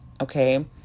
Okay